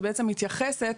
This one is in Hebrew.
שבעצם מתייחסת